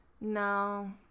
No